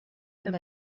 him